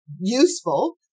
useful